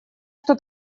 что